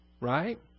Right